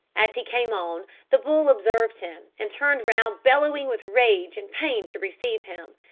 as he came on, the bull observed him, and turned round bellowing with rage and pain to receive him.